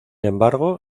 embargo